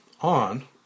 on